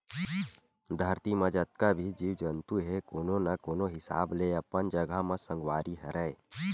धरती म जतका भी जीव जंतु हे कोनो न कोनो हिसाब ले अपन जघा म संगवारी हरय